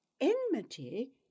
enmity